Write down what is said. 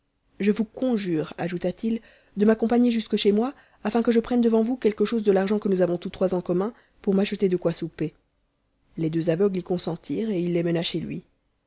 je vous conjure ajouta-t-il de m'accompagner jusque chez moi afin que je prenne devant vous quelque chose de l'argent que nous avons tous trois en commun pour m'acheter de quoi souper les deux aveugles y consentirent et il les mena chez lui